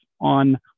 on